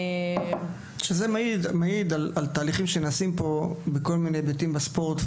זה מעיד על תהליכים שנעשים בכל מיני היבטים בספורט,